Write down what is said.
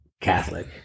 catholic